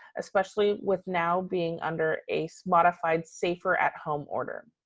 especially with now being under a so modified safer at home order.